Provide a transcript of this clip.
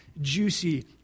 juicy